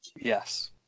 yes